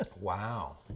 Wow